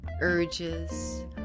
urges